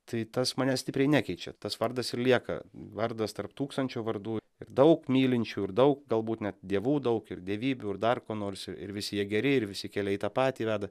tai tas manęs stipriai nekeičia tas vardas ir lieka vardas tarp tūkstančio vardų ir daug mylinčių ir daug galbūt net dievų daug ir dievybių ir dar ko nors ir visi jie geri ir visi keliai į tą patį veda